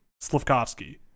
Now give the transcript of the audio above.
Slavkovsky